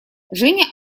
женя